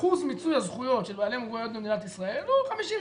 אחוז מיצוי הזכויות של בעלי מוגבלויות במדינת ישראל הוא 50%,